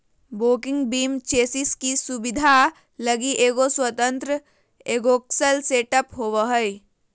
walking beam chassis की सुबिधा लगी एगो स्वतन्त्र एगोक्स्ल सेटअप होबो हइ